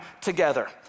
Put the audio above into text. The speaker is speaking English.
together